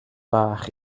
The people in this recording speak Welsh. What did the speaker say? bach